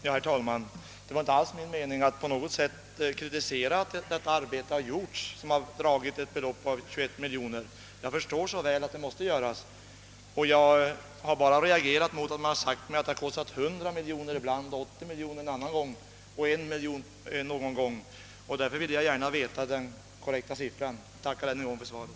Herr talman! Det var inte alls min mening att kritisera att detta arbete har utförts. Jag förstår mycket väl att det måste göras. Jag har endast reagerat emot att man ibland har sagt att det kostat 100 miljoner kronor, ibland 80 miljoner kronor och ibland 1 miljon kronor. Därför ville jag gärna ha reda på den korrekta siffran. Jag tackar än en gång för svaret.